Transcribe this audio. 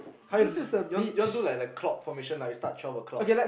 how you want to do this you want do the clock formation lah you start twelve o-clock